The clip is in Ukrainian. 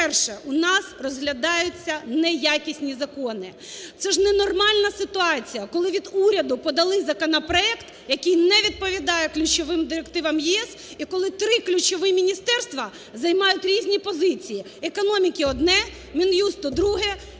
по-перше, у нас розглядаються неякісні закони. Це ж ненормальна ситуація, коли від уряду подали законопроект, який не відповідає ключовим директивам ЄС, і коли три ключові міністерства займають різні позиції: економіки одне, Мін'юсту друге,